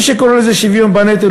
מי שקורא לזה שוויון בנטל,